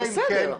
אז בסדר.